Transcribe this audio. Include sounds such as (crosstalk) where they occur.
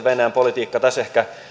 (unintelligible) venäjän politiikka tässä ehkä